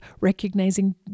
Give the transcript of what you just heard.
recognizing